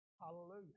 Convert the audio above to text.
Hallelujah